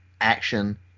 Action